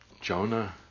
Jonah